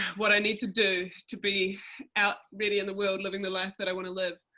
what i need to do to be out ready in the world, living the life that i want to live,